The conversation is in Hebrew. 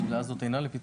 השאלה הזאת אינה לפתחי.